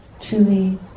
truly